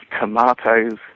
tomatoes